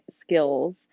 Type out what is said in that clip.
skills